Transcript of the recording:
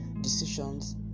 decisions